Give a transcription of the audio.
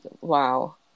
wow